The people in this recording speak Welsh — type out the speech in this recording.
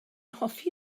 hoffi